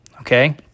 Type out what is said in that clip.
Okay